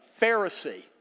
Pharisee